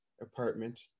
apartment